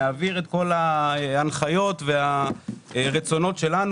להעביר את כל ההנחיות והרצונות שלנו.